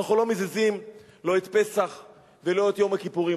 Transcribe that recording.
אנחנו לא מזיזים לא את פסח ולא את יום הכיפורים.